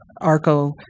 Arco